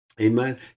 Amen